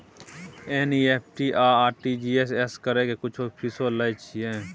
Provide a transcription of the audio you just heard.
NEFT आ RTGS करै के कुछो फीसो लय छियै?